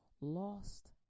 lost